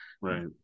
right